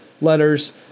letters